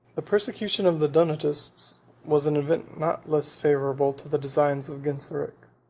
the persecution of the donatists was an event not less favorable to the designs of genseric.